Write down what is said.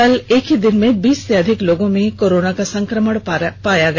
कल एक ही दिन में बीस से अधिक लोगों में कोरोना का संक्रमण पाया गया